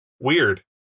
weird